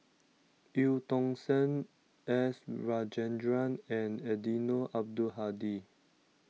Eu Tong Sen S Rajendran and Eddino Abdul Hadi